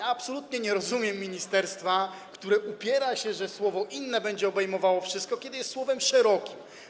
Absolutnie nie rozumiem ministerstwa, które upiera się, że słowo „inne” będzie obejmowało wszystko, gdyż jest słowem o szerokim znaczeniu.